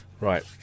Right